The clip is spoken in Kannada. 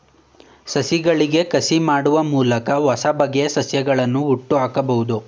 ಸಸಿಗಳಿಗೆ ಕಸಿ ಮಾಡುವ ಮೂಲಕ ಹೊಸಬಗೆಯ ಸಸ್ಯಗಳನ್ನು ಹುಟ್ಟುಹಾಕಬೋದು